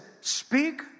speak